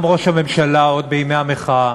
גם ראש הממשלה עוד בימי המחאה,